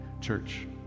Church